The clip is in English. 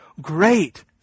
great